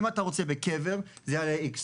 אם אתה רוצה בקבר זה יעלה איקס".